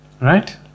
Right